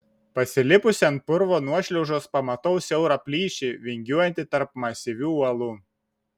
pasilipusi ant purvo nuošliaužos pamatau siaurą plyšį vingiuojantį tarp masyvių uolų